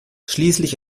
schließlich